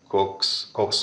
koks koks